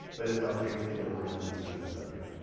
but if by chance you don't, i have a few extras up here,